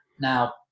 Now